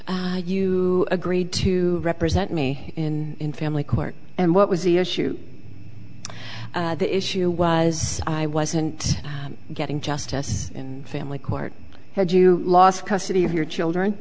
you agreed to represent me in family court and what was the issue the issue was i wasn't getting justice in family court had you lost custody of your children